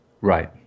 Right